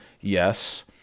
Yes